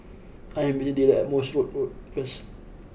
I am meeting Dillan at Morse Road Road first